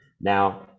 Now